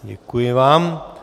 Děkuji vám.